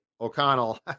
O'Connell